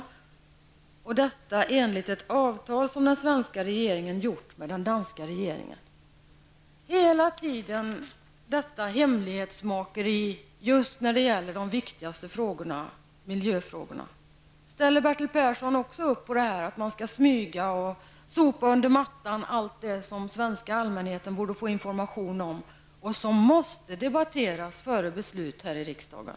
Detta enligt ett avtal som den svenska regeringen gjort med den danska regeringen. Hela tiden pågår detta hemlighetsmakeri när det gäller de viktigaste frågorna, miljöfrågorna. Ställer sig Bertil Persson bakom att man skall smyga och sopa under mattan allt det som den svenska allmänheten borde få information om och som måste debatteras före beslut här i riksdagen?